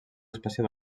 espècie